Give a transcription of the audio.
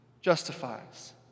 justifies